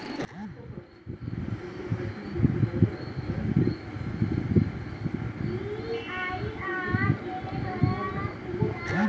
PayPal एकटा digital account छियै, जे इलेक्ट्रॉनिक रूप सं धन जमा करै के सुविधा दै छै